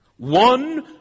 One